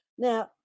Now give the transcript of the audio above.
Now